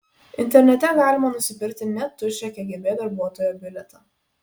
internete galima nusipirkti net tuščią kgb darbuotojo bilietą